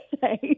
say